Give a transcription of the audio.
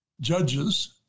judges